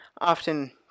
often